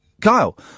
Kyle